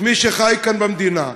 את מי שחי כאן, במדינה,